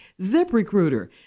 ZipRecruiter